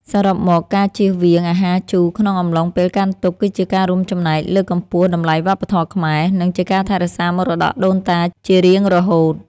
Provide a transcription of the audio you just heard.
សរុបមកការជៀសវាងអាហារជូរក្នុងអំឡុងពេលកាន់ទុក្ខគឺជាការរួមចំណែកលើកកម្ពស់តម្លៃវប្បធម៌ខ្មែរ និង ជាការថែរក្សាមរតកដូនតាជារៀងរហូត។